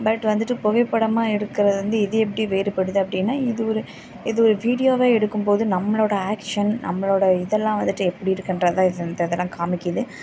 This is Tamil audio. பட் வந்துட்டு புகைப்படமாக எடுக்கிறது வந்து இது எப்படி வேறுபடுது அப்படின்னா இது ஒரு இது ஒரு வீடியோவாக எடுக்கும் போது நம்மளோட ஆக்ஷன் நம்மளோட இதெல்லாம் வந்துட்டு எப்படி இருக்கின்றத இந்த இதெல்லாம் காமிக்குது